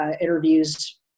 interviews